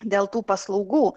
dėl tų paslaugų